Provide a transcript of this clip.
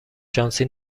شانسی